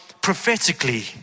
prophetically